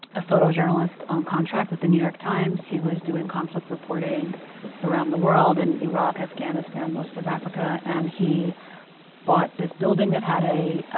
a photojournalist on contract with the new york times. he was doing conflict reporting around the world in iraq, afghanistan, most of africa and he bought this building that had a,